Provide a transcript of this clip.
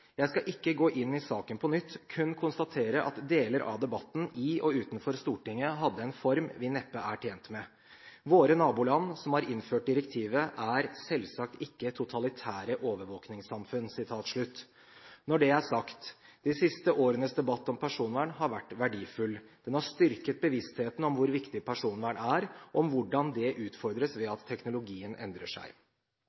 Jeg skal ikke gå inn i saken på nytt, men kun konstatere at deler av debatten i og utenfor Stortinget hadde en form vi neppe er tjent med. Våre naboland, som har innført direktivet, er selvsagt ikke «totalitære overvåkningssamfunn». Når det er sagt: De siste årenes debatt om personvern har vært verdifull. Den har styrket bevisstheten om hvor viktig personvern er og om hvordan dette utfordres ved